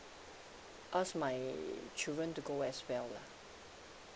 ask my children to go as well lah